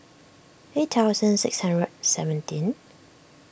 eight thousand six hundred seventeen